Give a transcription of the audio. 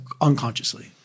unconsciously